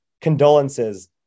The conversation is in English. condolences